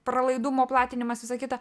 pralaidumo platinimas visa kita